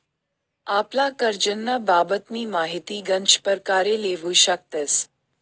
आपला करजंना बाबतनी माहिती गनच परकारे लेवू शकतस